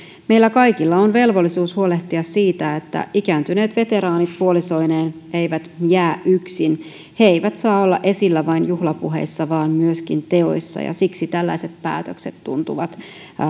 meillä kaikilla on velvollisuus huolehtia siitä että ikääntyneet veteraanit puolisoineen eivät jää yksin he eivät saa olla esillä vain juhlapuheissa vaan myöskin teoissa ja siksi tällaiset päätökset tuntuvat